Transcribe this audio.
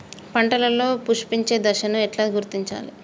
పంటలలో పుష్పించే దశను ఎట్లా గుర్తించాలి?